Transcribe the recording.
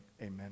amen